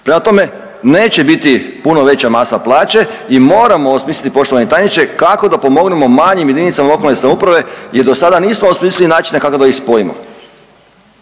Prema tome, neće biti puno veća masa plaće i moramo osmisliti poštovani tajniče kako da pomognemo manjim jedinicama lokalne samouprave jer do sada nismo osmislili načine kako da ih spojimo.